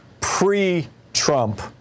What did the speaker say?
pre-Trump